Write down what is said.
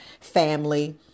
family